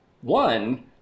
One